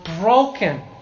broken